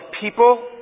people